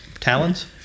talons